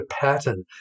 pattern